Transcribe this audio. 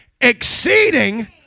exceeding